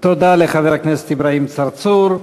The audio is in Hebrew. תודה לחבר הכנסת אברהים צרצור.